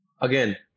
Again